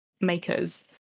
makers